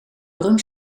rum